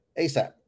ASAP